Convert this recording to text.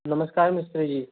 नमस्कार मिस्त्री जी